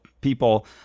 people